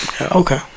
Okay